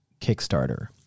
Kickstarter